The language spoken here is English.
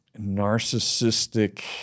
narcissistic